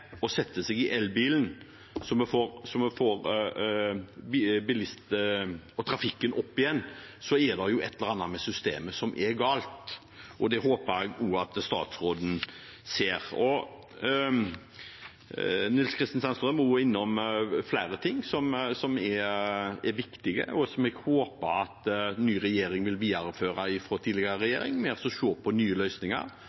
jo et eller annet med systemet som er galt. Det håper jeg at statsråden også ser. Nils Kristen Sandtrøen var innom flere viktige ting fra den forrige regjeringens politikk, og som jeg håper at den nye regjeringen vil videreføre,